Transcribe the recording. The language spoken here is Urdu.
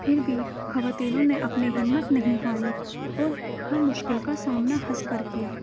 پھر بھی خواتین نے اپنے ہمت نہیں ہاری اور ہر مشکل کا سامنا ہنس کر کیا